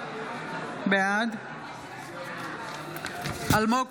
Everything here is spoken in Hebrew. בעד אלמוג כהן,